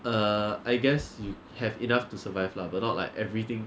uh I guess you have enough to survive lah but not like everything